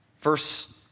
Verse